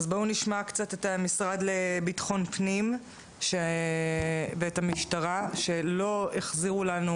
בואו נשמע קצת את המשרד לביטחון פנים ואת המשטרה שלא החזירו לנו,